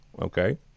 Okay